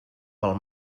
pel